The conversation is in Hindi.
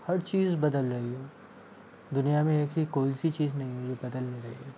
हर चीज़ बदल रही है दुनिया में ऐसी कोई सी चीज़ नहीं है जो बदल नहीं रही है